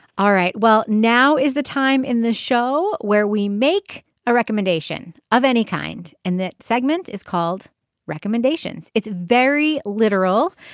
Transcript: all right. well now is the time in the show where we make a recommendation of any kind. and the segment is called recommendations. it's very literal.